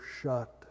shut